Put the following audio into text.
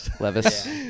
Levis